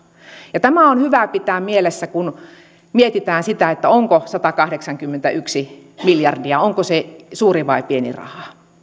ja tämä on hyvä pitää mielessä kun mietitään sitä onko se satakahdeksankymmentäyksi miljardia suuri vai pieni raha